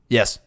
Yes